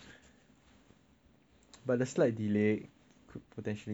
but the slight delay could potentially screw up our recordings also